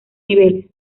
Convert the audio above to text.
niveles